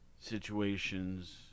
situations